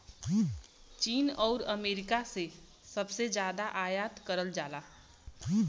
चीन आउर अमेरिका से सबसे जादा आयात करल जाला